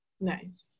Nice